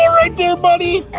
there buddy?